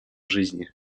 жизни